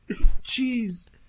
Jeez